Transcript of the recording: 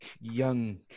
young